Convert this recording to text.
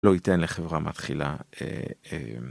לא ייתן לחברה מתחילה.